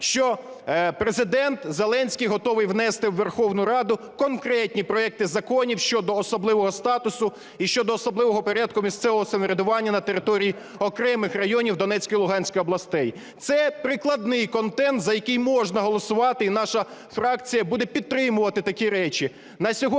що Президент Зеленський готовий внести у Верховну Раду конкретні проекти законів щодо особливого статусу і щодо особливого порядку місцевого самоврядування на території окремих районів Донецької і Луганської областей. Це прикладний контент, за який можна голосувати, і наша фракція буде підтримувати такі речі.